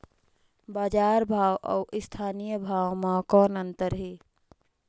बजार भाव अउ स्थानीय भाव म कौन अन्तर हे?